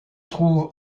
trouve